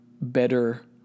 better